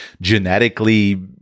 genetically